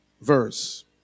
verse